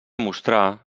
mostrar